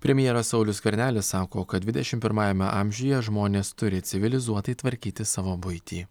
premjeras saulius skvernelis sako kad dvidešim pirmajame amžiuje žmonės turi civilizuotai tvarkyti savo buitį